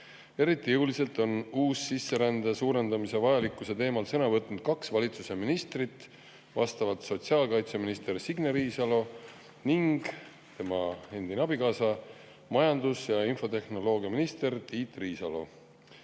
Eriti jõuliselt on uussisserände suurendamise vajalikkuse teemal sõna võtnud kaks valitsuse ministrit: sotsiaalkaitseminister Signe Riisalo ning tema endine abikaasa, majandus- ja infotehnoloogiaminister Tiit Riisalo.